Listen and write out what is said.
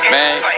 Man